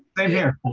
same here.